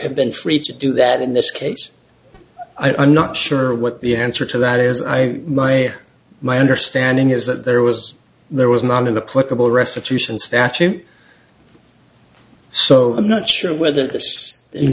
had been free to do that in this case i'm not sure what the answer to that is i my my understanding is that there was there was none in the political restitution statute so i'm not sure whether